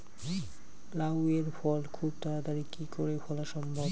লাউ এর ফল খুব তাড়াতাড়ি কি করে ফলা সম্ভব?